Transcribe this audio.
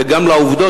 וגם לעובדות,